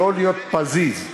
לא להיות פזיז.